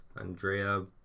andrea